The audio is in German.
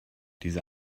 diese